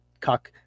cuck